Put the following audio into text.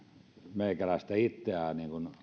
meikäläistä itseään